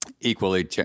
Equally